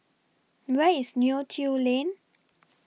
Where IS Neo Tiew Lane